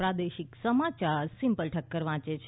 પ્રાદેશિક સમાચાર સિમ્પલ ઠક્કર વાંચે છે